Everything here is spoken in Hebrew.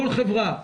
כל חברה,